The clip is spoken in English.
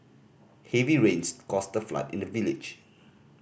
heavy rains caused a flood in the village